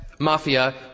Mafia